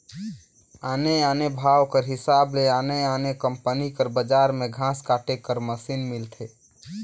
आने आने भाव कर हिसाब ले आने आने कंपनी कर बजार में घांस काटे कर मसीन मिलथे